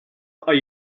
are